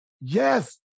Yes